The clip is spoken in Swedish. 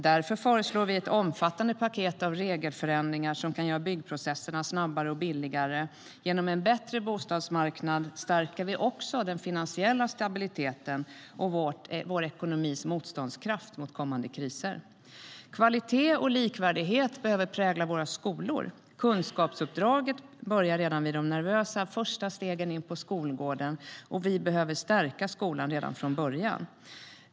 Därför föreslår vi ett omfattande paket av regelförenklingar som kan göra byggprocesserna snabbare och billigare. Genom en bättre bostadsmarknad stärker vi också den finansiella stabiliteten och vår ekonomis motståndskraft vid kommande kriser. Kvalitet och likvärdighet behöver prägla våra skolor. Kunskapsuppdraget börjar redan vid de nervösa första stegen in på skolgården, och vi behöver stärka skolan redan från början.